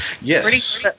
Yes